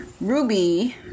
Ruby